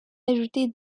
ajouter